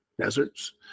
deserts